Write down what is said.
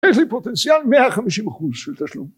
יש לי פוטנציאל 150% של תשלום